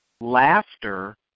laughter